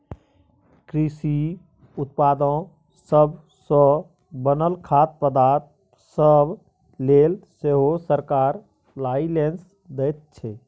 कृषि उत्पादो सब सँ बनल खाद्य पदार्थ सब लेल सेहो सरकार लाइसेंस दैत छै